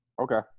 Okay